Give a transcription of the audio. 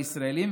הישראלים,